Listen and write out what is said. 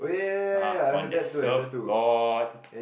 (uh huh) on the surfboard